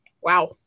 Wow